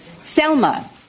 Selma